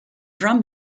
drum